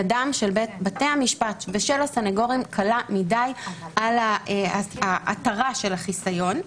ידם של בתי המשפט ושל הסנגורים קלה מדי על ההתרה של החיסיון.